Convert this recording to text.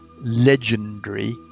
legendary